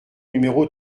numéro